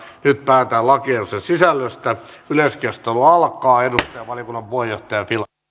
nyt päätetään lakiehdotuksen sisällöstä yleiskeskustelu alkaa edustaja valiokunnan puheenjohtaja filatov